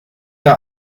der